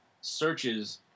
searches